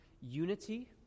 unity